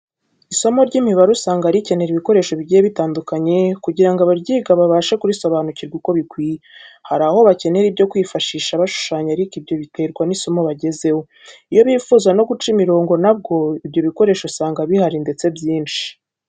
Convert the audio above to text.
Isomo ry'imibare usanga rikenera ibikoresho bigiye bitandukanye kugira ngo abaryiga babashe kurisobanukirwa uko bikwiye. Hari aho bakenera ibyo kwifashisha bashushanya ariko ibyo biterwa n'isomo bagezeho. Iyo bifuza no guca imirongo na bwo ibyo bikoresho usanga bihari ndetse byinshi.